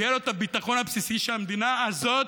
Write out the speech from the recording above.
ויהיה לו את הביטחון הבסיסי שהמדינה הזאת,